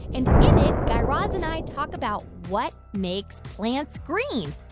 and in it, guy raz and i talk about what makes plants green.